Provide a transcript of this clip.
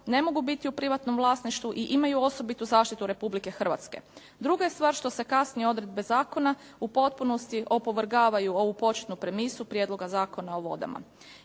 ne mogu biti u privatnom vlasništvu i imaju osobitu zaštitu Republike Hrvatske. Druga je stvar što se kasnije odredbe zakona u potpunosti opovrgavaju ovu početnu premisu Prijedloga zakona o vodama.